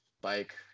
bike